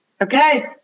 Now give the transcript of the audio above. Okay